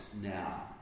now